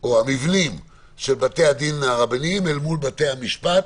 או המבנים של בתי-הדין הרבניים אל מול בתי-המשפט.